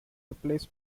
replace